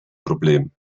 problem